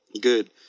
good